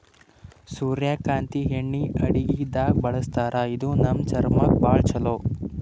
ಸೂರ್ಯಕಾಂತಿ ಎಣ್ಣಿ ಅಡಗಿದಾಗ್ ಬಳಸ್ತಾರ ಇದು ನಮ್ ಚರ್ಮಕ್ಕ್ ಭಾಳ್ ಛಲೋ